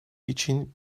için